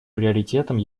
приоритетом